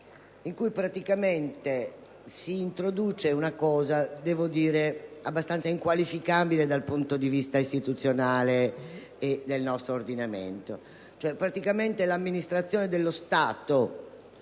in cui si introduce una novità abbastanza inqualificabile dal punto di vista istituzionale e del nostro ordinamento. Praticamente l'amministrazione dello Stato,